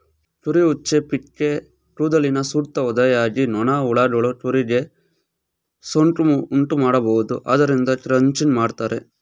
ಕುರಿ ಉಚ್ಚೆ, ಪಿಕ್ಕೇ ಕೂದಲಿನ ಸೂಕ್ತ ಒದ್ದೆಯಾಗಿ ನೊಣ, ಹುಳಗಳು ಕುರಿಗೆ ಸೋಂಕು ಉಂಟುಮಾಡಬೋದು ಆದ್ದರಿಂದ ಕ್ರಚಿಂಗ್ ಮಾಡ್ತರೆ